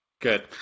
Good